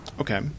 Okay